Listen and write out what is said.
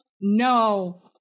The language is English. No